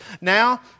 Now